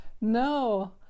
no